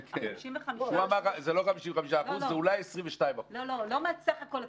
כן, זה לא 55%, זה אולי 22%. לא מסך כל התקציב.